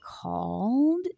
called